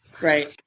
Right